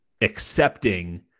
accepting